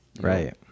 right